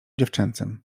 dziewczęcym